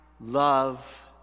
love